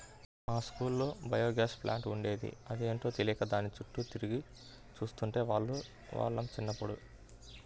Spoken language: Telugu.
మా స్కూల్లో బయోగ్యాస్ ప్లాంట్ ఉండేది, అదేంటో తెలియక దాని చుట్టూ తిరిగి చూస్తుండే వాళ్ళం చిన్నప్పుడు